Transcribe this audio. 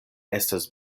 estas